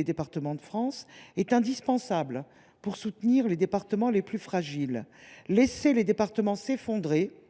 Départements de France, est indispensable pour soutenir les départements les plus fragiles. Laisser les départements s’effondrer,